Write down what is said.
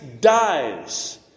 dies